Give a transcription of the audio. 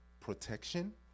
protection